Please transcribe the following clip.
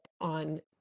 on